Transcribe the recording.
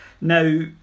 Now